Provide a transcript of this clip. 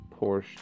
Porsche